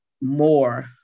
more